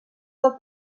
del